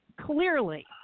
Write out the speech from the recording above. Clearly